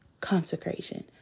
consecration